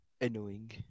annoying